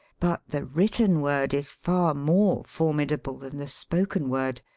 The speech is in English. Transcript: but the written word is far more formidable than the spoken word.